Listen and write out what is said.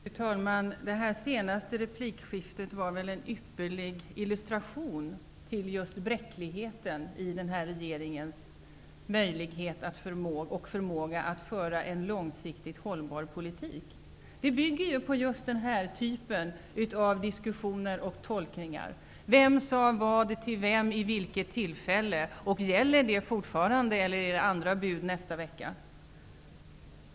Fru talman! Det senaste replikskiftet var väl en ypperlig illustration till bräckligheten i regeringens möjligheter och förmåga att föra en långsiktigt hållbar politik. Det var en diskussion som byggde på tolkningar av vem som sade vad till vem vid vilket tillfälle och om det fortfarande gäller, eller om det är andra bud nästa vecka.